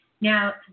Now